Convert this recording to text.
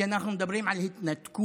כי אנחנו מדברים על התנתקות,